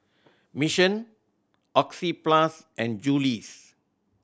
Mission Oxyplus and Julie's